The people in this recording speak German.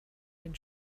den